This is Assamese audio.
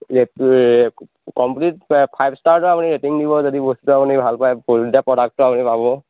ৰেটটো কম বুলি ফাইভ ষ্টাৰ এটা আপুনি ৰেটিং দিব যদি বস্তুটো আপুনি ভাল পাই যেতিয়া প্ৰডাক্টটো আপুনি পাব